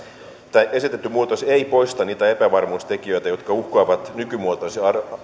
että tämä esitetty muutos ei poista niitä epävarmuustekijöitä jotka uhkaavat nykymuotoisen